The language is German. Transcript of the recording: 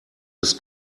des